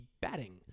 batting